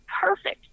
perfect